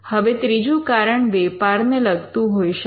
હવે ત્રીજું કારણ વેપારને લગતું હોઈ શકે